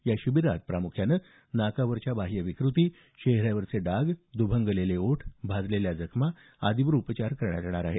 या शिबीरात प्रामुख्यानं नाकावरील बाह्य विकृती चेहऱ्याचे डाग दुभंगलेले ओठ भाजलेल्या जखमा आदींवर उपचार करण्यात येणार आहेत